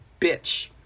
bitch